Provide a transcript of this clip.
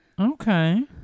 Okay